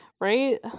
Right